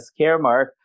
Caremark